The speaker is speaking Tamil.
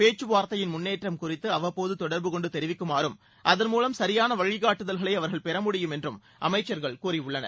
பேச்சுவார்த்தையின் முன்னேற்றம் குறித்து அவ்வப்போது தொடர்புகொண்டு தெரிவிக்குமாறும் அதன் மூலம் சரியான வழிகாட்டுதல்களை அவர்கள் பெறமுடியும் என்றும் அமைச்சர்கள் கூறிபுள்ளனர்